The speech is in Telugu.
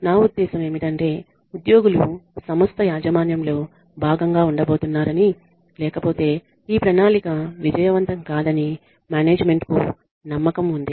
నా ఉద్దేశ్యం ఏమిటంటే ఉద్యోగులు సంస్థ యాజమాన్యం లో భాగం గా ఉండబోతున్నారని లేకపోతే ఈ ప్రణాళిక విజయవంతం కాదని మేనేజ్మెంట్ కు నమ్మకం ఉంది